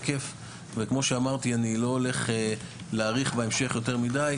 כמו שאמרתי, אני לא הולך להאריך בהמשך יותר מידי.